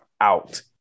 out